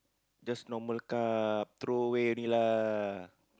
just normal car throw away only lah